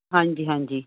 ਹਾਂਜੀ ਹਾਂਜੀ